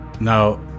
now